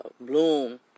bloom